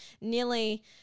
nearly